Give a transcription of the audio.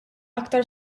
aktar